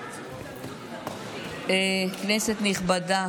כנסת נכבדה,